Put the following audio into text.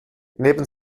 neben